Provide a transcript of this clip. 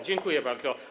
Dziękuję bardzo.